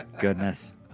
Goodness